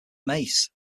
mace